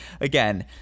again